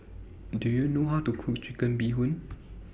Do YOU know How to Cook Chicken Bee Hoon